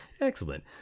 excellent